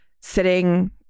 sitting